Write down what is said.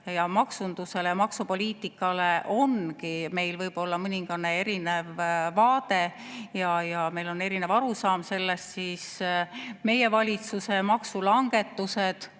maksundusele ja maksupoliitikale ongi meil mõneti erinev vaade ja meil on erinev arusaam sellest –, siis meie valitsuse maksulangetused